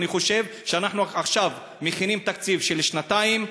אני חושב שאנחנו עכשיו מכינים תקציב של שנתיים,